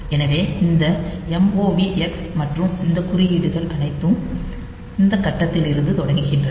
எனவே இந்த move X மற்றும் இந்த குறியீடுகள் அனைத்தும் இந்த கட்டத்தில் இருந்து தொடங்குகின்றன